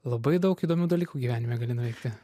labai daug įdomių dalykų gyvenime gali nuveikti